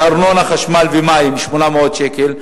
ארנונה, חשמל ומים, 800 שקל.